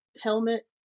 helmet